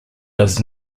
does